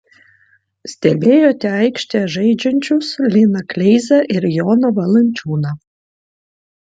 stebėjote aikštėje žaidžiančius liną kleizą ir joną valančiūną